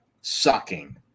sucking